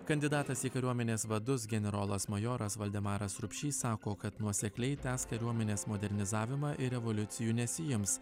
kandidatas į kariuomenės vadus generolas majoras valdemaras rupšys sako kad nuosekliai tęs kariuomenės modernizavimą ir revoliucijų nesiims